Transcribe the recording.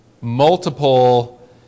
multiple